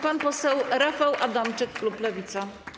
Pan poseł Rafał Adamczyk, klub Lewica.